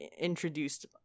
introduced